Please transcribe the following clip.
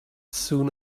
soon